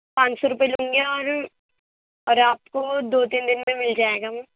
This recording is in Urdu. پانچ سو روپئے لوں گی اور اور آپ کو دو تین دِن میں مِل جائے گا وہ